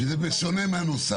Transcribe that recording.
זה בשונה מהנוסח.